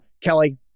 Kelly